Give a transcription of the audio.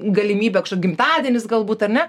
galimybė gimtadienis galbūt ar ne